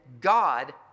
God